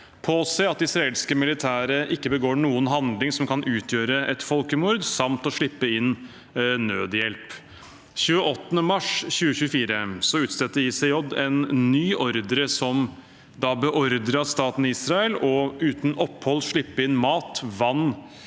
påse at det israelske militæret ikke begår noen handling som kan utgjøre et folkemord, samt å slippe inn nødhjelp. Den 28. mars 2024 utstedte ICJ en ny ordre, som da beordret staten Israel til uten opphold å slippe inn mat, vann,